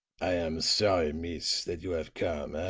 i am sorry, mees, that you have come,